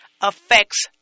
Affects